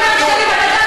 את לא